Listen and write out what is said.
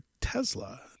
Tesla